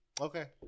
Okay